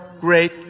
great